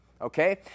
okay